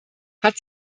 hat